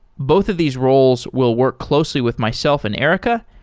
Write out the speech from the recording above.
both of these roles will work closely with myself and erica.